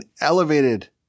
elevated